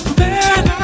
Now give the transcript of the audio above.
bad